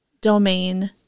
domain